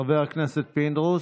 חבר הכנסת פינדרוס,